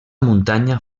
muntanya